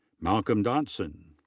malcolm dotson.